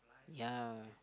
yea